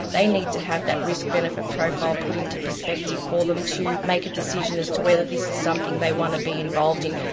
they need to have that risk-benefit profile put into perspective for them to make a decision as to whether this is something they want to be involved in.